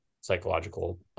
psychological